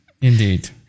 Indeed